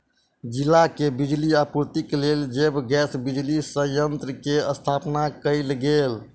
जिला के बिजली आपूर्तिक लेल जैव गैस बिजली संयंत्र के स्थापना कयल गेल